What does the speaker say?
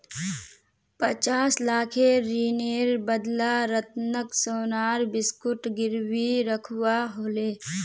पचास लाखेर ऋनेर बदला रतनक सोनार बिस्कुट गिरवी रखवा ह ले